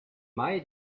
mai